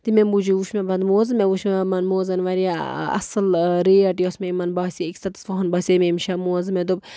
تمے موٗجوٗب وٕچھ مےٚ بہٕ اَنہٕ موزٕ مےٚ وٕچھ یِمن موزن وارِیاہ اَصٕل ریٹ یۄس مےٚ یِمن باسے أکِس ہَتن باسے مےٚ یِم شےٚ موزٕ مےٚ دوٚپ